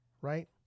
right